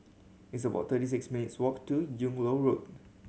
it's about thirty six minutes' walk to Yung Loh Road